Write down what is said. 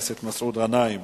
בכסלו התש"ע (25 בנובמבר 2009):